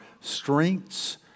strengths